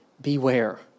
Beware